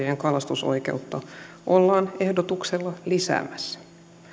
kiinteistönomistajien kalastusoikeutta ollaan ehdotuksella lisäämässä